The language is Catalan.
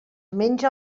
menja